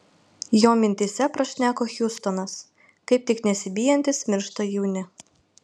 jo mintyse prašneko hiustonas kaip tik nesibijantys miršta jauni